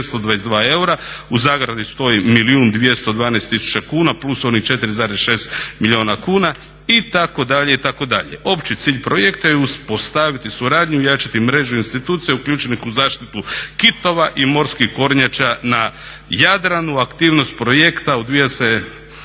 u zagradi stoji milijun 212 tisuća kuna plus onih 4,6 milijuna kuna itd., itd. Opći cilj projekta je uspostaviti suradnju, ojačati mrežu institucija uključenih u zaštitu kitova i morskih kornjača na Jadranu. Aktivnost projekta odvija